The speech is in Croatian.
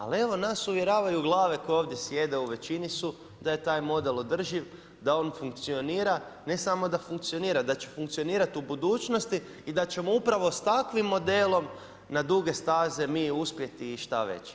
Ali, evo nas uvjeravaju glave, koji ovdje sjede, u većini su, da je taj model održiv, da on funkcionira, ne samo da funkcionira, da će funkcionirati u budućnosti i da ćemo upravo s takvim modelom na duge staze mi uspjeti i šta već.